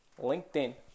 LinkedIn